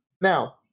Now